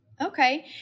Okay